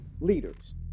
leaders